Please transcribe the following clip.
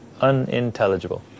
Unintelligible